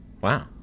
Wow